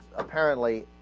apparently